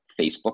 Facebook